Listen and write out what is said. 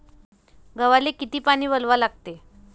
गव्हाले किती पानी वलवा लागते?